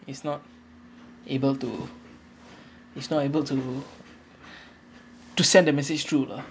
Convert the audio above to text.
is not able to is not able to to send the message through lah